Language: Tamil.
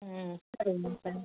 ம் சரி